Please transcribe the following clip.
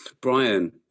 Brian